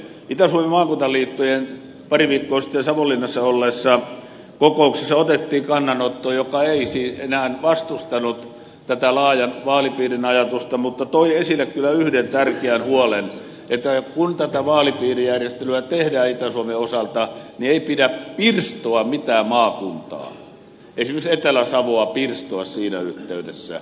itä suomen maakuntaliittojen pari viikkoa sitten savonlinnassa olleessa kokouksessa otettiin kanta joka ei siis enää vastustanut tätä laajan vaalipiirin ajatusta mutta toi esille kyllä yhden tärkeän huolen että kun tätä vaalipiirijärjestelyä tehdään itä suomen osalta niin ei pidä pirstoa mitään maakuntaa esimerkiksi etelä savoa siinä yhteydessä